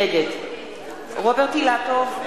נגד רוברט אילטוב,